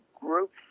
groups